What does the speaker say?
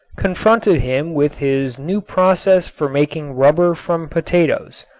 confronted him with his new process for making rubber from potatoes,